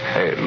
Hey